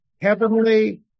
heavenly